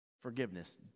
Forgiveness